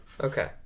Okay